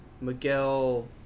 Miguel